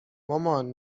مامان